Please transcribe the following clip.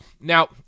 Now